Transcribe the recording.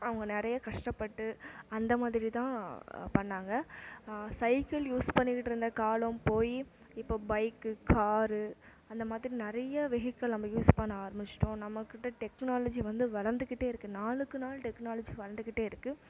அவங்க நிறைய கஷ்டப்பட்டு அந்த மாதிரி தான் பண்ணாங்க சைக்கிள் யூஸ் பண்ணிக்கிட்டிருந்த காலம் போய் இப்போ பைக்கு காரு அந்த மாதிரி நிறைய வெஹிகள் நம்ம யூஸ் பண்ண ஆரம்மிச்சிட்டோம் நம்மகிட்ட டெக்னாலஜி வந்து வளர்ந்துக்கிட்டே இருக்குது நாளுக்கு நாள் டெக்னாலஜி வளர்ந்துக்கிட்டே இருக்குது